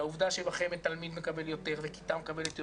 על העובדה שבחמ"ד תלמיד מקבל יותר וכיתה מקבלת יותר,